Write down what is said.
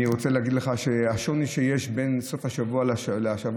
אני רוצה להגיד לך שהשוני שיש בין סוף השבוע לשבוע